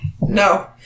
No